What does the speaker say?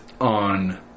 on